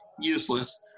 useless